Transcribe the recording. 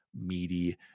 meaty